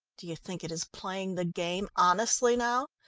do you think it is playing the game, honestly now?